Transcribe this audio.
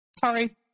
Sorry